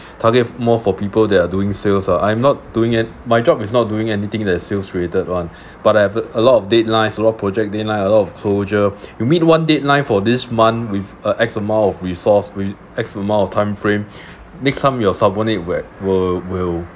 target more for people that are doing sales ah I'm not doing it my job is not doing anything that sales related one but I have a a lot of deadlines a lot project deadlines a lot of closure you meet one deadline for this month with uh X amount of resource with X amount of time frame next time your subordinate when will will